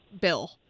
bill